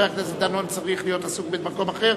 הכנסת דנון צריך להיות עסוק במקום אחר?